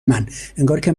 من، انگارکه